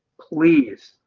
please.